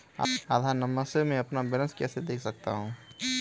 आधार number से मैं अपना बैलेंस कैसे देख सकता हूँ?